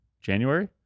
january